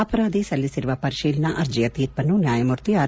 ಅಪರಾಧಿ ಸಲ್ಲಿಸಿರುವ ಪರಿಶೀಲನಾ ಅರ್ಜಿಯ ತೀರ್ಪನ್ನು ನ್ಯಾಯಮೂರ್ತಿ ಆರ್